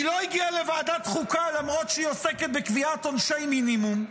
היא לא הגיעה לוועדת החוקה למרות שהיא קובעת עונשי מינימום,